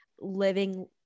living